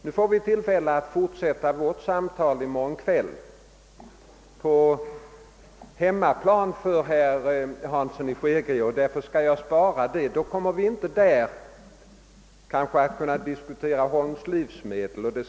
Nu får vi tillfälle att fortsätta vårt samtal i morgon kväll på herr Hanssons hemmaplan, och därför skall jag spara diskussionen till dess. Då kommer vi kanske där att kunna diskutera Holms livsmedel.